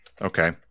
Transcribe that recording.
Okay